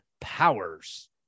Powers